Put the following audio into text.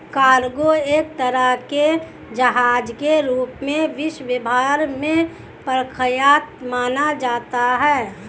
cargo एक तरह के जहाज के रूप में विश्व भर में प्रख्यात माना जाता है